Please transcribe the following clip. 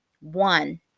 One